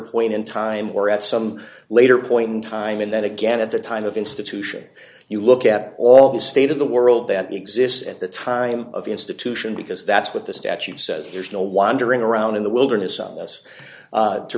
point in time or at some later point in time and then again at the time of institution you look at all the state of the world that exists at the time of the institution because that's what the statute says there's no wandering around in the wilderness on this